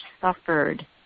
suffered